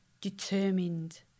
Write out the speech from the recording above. determined